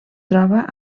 troba